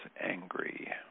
angry